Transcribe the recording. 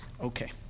okay